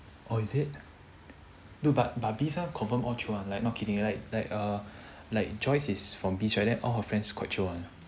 oh is it dude but but biz one confirm all chio one like not kidding like uh like joyce is from biz right then all her friends quite chio one